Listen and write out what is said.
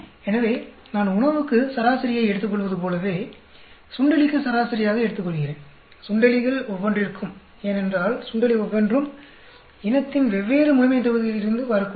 எனவே நான் உணவுக்கு சராசரியை எடுத்துக்கொள்வது போலவே சுண்டெலிக்கு சராசரியாக எடுத்துக்கொள்கிறேன் சுண்டெலிகள் ஒவ்வொன்றிற்கும் ஏனென்றால் சுண்டெலி ஒவ்வொன்றும் இனத்தின் வெவ்வேறு முழுமைத்தொகுதிகளிலிருந்து வரக்கூடியவை